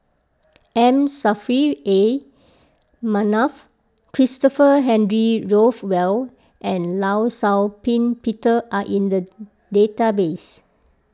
M Saffri A Manaf Christopher Henry Rothwell and Law Shau Ping Peter are in the database